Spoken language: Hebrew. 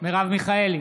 מרב מיכאלי,